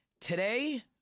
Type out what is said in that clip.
Today